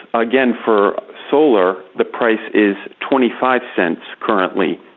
again for solar, the price is twenty five cents, currently,